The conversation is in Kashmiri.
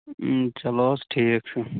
چلو حظ ٹھیٖک چھُ